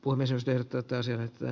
puomisysteemi tätä syöttää